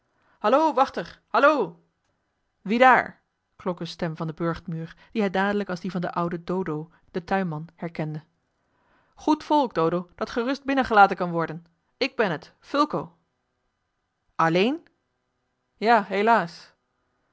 hallo wachter hallo wie daar klonk eene stem van den burchtmuur die hij dadelijk als die van den ouden dodo den tuinman herkende goed volk dodo dat gerust binnengelaten kan worden ik ben het fulco alleen ja helaas